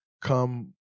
come